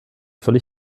völlig